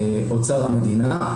באוצר המדינה,